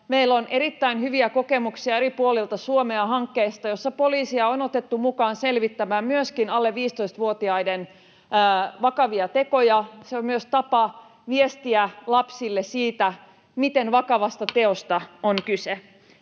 Meillä on erittäin hyviä kokemuksia eri puolilta Suomea hankkeista, joissa on poliisi otettu mukaan selvittämään myöskin alle 15-vuotiaiden vakavia tekoja. Se on myös tapa viestiä lapsille siitä, miten vakavasta teosta on kyse.